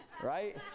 right